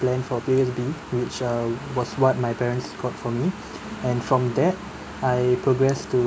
plan from P_O_S_B which uh was what my parents got for me and from that I progress to